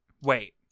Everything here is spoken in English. Wait